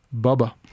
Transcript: Bubba